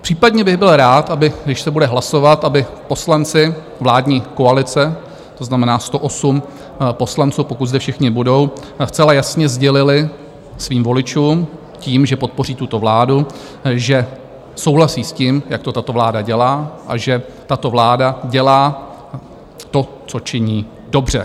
Případně bych byl rád, když se bude hlasovat, aby poslanci vládní koalice, to znamená 108 poslanců, pokud zde všichni budou, zcela jasně sdělili svým voličům, tím, že podpoří tuto vládu, že souhlasí s tím, jak to tato vláda dělá a že tato vláda dělá to, co činí, dobře.